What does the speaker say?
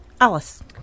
Alice